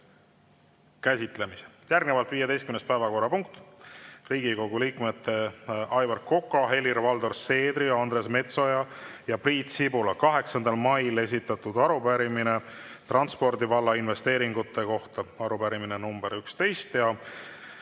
Koka. Palun! Järgnevalt 15. päevakorrapunkt: Riigikogu liikmete Aivar Koka, Helir-Valdor Seedri, Andres Metsoja ja Priit Sibula 8. mail esitatud arupärimine transpordivalla investeeringute kohta. Arupärimine nr 11.